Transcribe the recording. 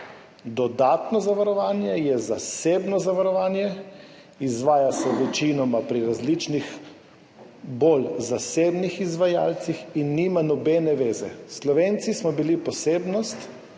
Dodatno zavarovanje je zasebno zavarovanje, izvaja se večinoma pri različnih, bolj zasebnih izvajalcih in nima nobene zveze. Slovenci smo bili posebnost